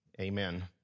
amen